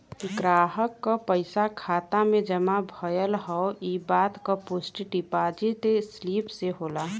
ग्राहक क पइसा खाता में जमा भयल हौ इ बात क पुष्टि डिपाजिट स्लिप से होला